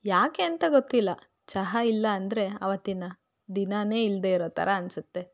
ಯಾಕೆ ಅಂತ ಗೊತ್ತಿಲ್ಲ ಚಹಾ ಇಲ್ಲ ಅಂದರೆ ಅವತ್ತಿನ ದಿನಾನೇ ಇಲ್ಲದೆ ಇರೋ ಥರ ಅನಿಸುತ್ತೆ